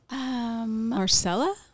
Marcella